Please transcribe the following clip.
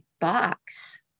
box